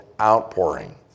outpouring